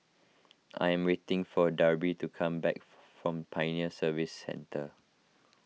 I am waiting for Darby to come back from Pioneer Service Centre